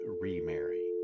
remarry